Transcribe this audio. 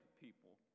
people